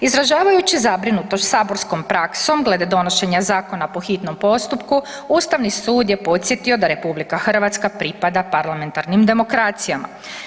Izražavajući zabrinutost saborskom praksom glede donošenja zakona po hitnom postupku Ustavni sud je podsjetio da RH pripada parlamentarnim demokracijama.